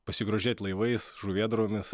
pasigrožėt laivais žuvėdromis